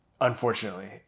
Unfortunately